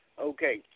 Okay